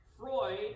Freud